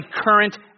current